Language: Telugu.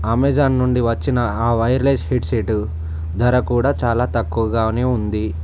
అమెజాన్ నుండి వచ్చిన ఆ వైర్లెస్ హెడ్సెట్ ధర కూడా చాలా తక్కువగానే ఉంది